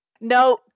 No